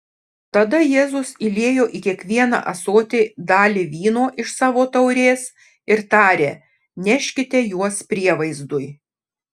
tada jėzus įliejo į kiekvieną ąsotį dalį vyno iš savo taurės ir tarė neškite juos prievaizdui